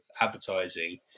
advertising